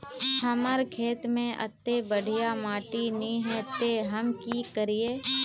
हमर खेत में अत्ते बढ़िया माटी ने है ते हम की करिए?